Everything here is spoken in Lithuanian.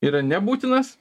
yra nebūtinas